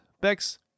Bex